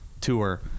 tour